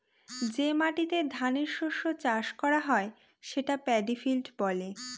যে মাটিতে ধানের শস্য চাষ করা হয় সেটা পেডি ফিল্ড বলে